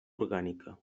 orgànica